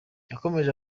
yakomeje